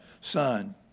son